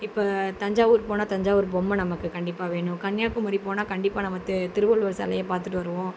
இப்போ தஞ்சாவூர் போனால் தஞ்சாவூர் பொம்மை நமக்கு கண்டிப்பாக வேணும் கன்னியாகுமரி போனால் கண்டிப்பாக நம்ம தெ திருவள்ளுவர் சிலைய பார்த்துட்டு வருவோம்